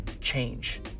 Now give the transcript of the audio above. change